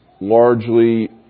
largely